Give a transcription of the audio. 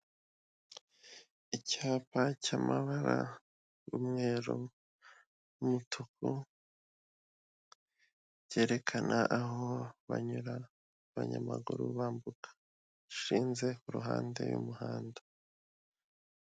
Icyapa cyamabara, umweru, umutuku , cyerekana aho banyura abanyamaguru bambuka gishinze ku ruhande y'umuhanda.